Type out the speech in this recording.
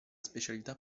specialità